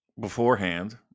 beforehand